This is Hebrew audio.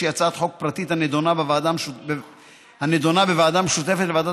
שהיא הצעת חוק פרטית שנדונה בוועדה המשותפת לוועדת